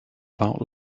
about